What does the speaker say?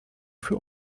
für